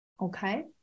Okay